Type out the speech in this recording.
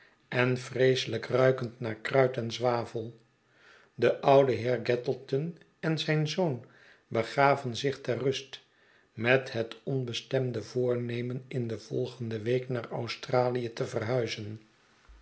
en vreeselijk ruikend naar kruit en zwavel de oude heer gattleton en zijn zoon begaven zich ter rust met het onbestemde voornemen in de volgende week naar australia te verhuizen